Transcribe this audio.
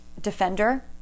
Defender